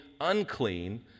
unclean